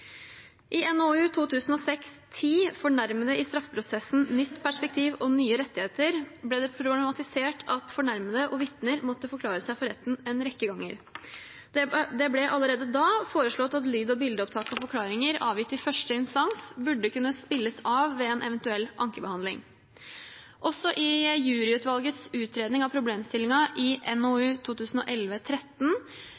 I NOU 2006: 10, Fornærmede i straffeprosessen – nytt perspektiv og nye rettigheter, ble det problematisert at fornærmede og vitner må forklare seg for retten en rekke ganger. Det ble allerede da foreslått at lyd- og bildeopptak av forklaringer avgitt i førsteinstans burde kunne spilles av ved en eventuell ankebehandling. Også i juryutvalgets utredning av problemstillingen i NOU